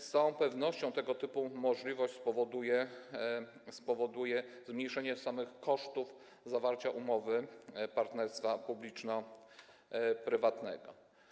Z całą pewnością tego typu możliwość spowoduje zmniejszenie samych kosztów zawarcia umowy partnerstwa publiczno-prywatnego.